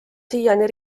siiani